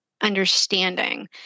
understanding